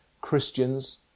Christians